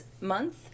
Month